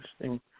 Interesting